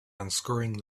unscrewing